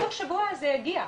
תוך שבוע זה יגיע,